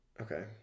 okay